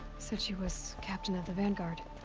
said she was. captain of the vanguard.